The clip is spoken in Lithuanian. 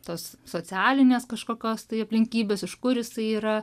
tos socialinės kažkokios tai aplinkybės iš kur jisai yra